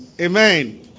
Amen